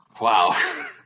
wow